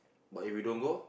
but if we don't go